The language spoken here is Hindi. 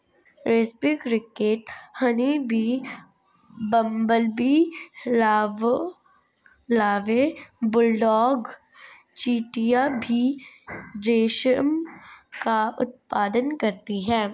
रेस्पी cricket, honeybee, bumblebee larva, bulldog चींटियां भी रेशम का उत्पादन करती हैं